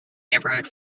neighborhood